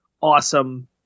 awesome